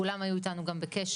כולם היו איתנו גם בקשר,